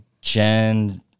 Gen